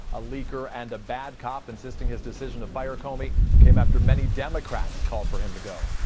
a leaker, and a bad cop, insisting his decision to fire comey came after many democrats called for him to go.